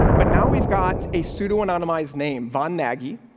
but now we've got a pseudo anonymous name. von nagy.